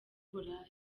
uburaya